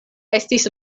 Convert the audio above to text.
estis